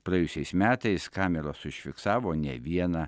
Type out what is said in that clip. praėjusiais metais kameros užfiksavo ne vieną